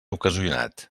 ocasionat